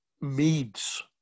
meads